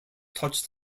touched